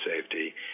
safety